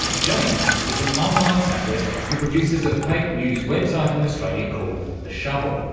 james is an online satirist who produces a fake news website in australia called the shovel.